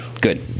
Good